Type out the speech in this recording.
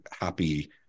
happy